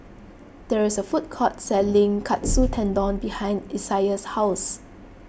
there is a food court selling Katsu Tendon behind Isiah's house